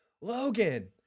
Logan